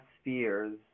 spheres